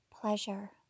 pleasure